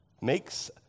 makes